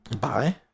Bye